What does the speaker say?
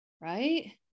Right